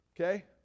okay